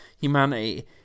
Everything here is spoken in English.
humanity